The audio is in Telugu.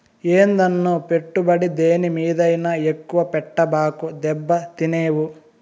ఏందన్నో, పెట్టుబడి దేని మీదైనా ఎక్కువ పెట్టబాకు, దెబ్బతినేవు